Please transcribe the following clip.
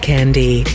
Candy